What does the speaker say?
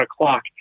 o'clock